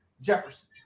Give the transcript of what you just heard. Jefferson